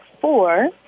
four